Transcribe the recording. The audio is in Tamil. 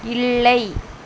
இல்லை